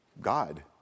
God